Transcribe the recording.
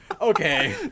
Okay